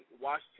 Washington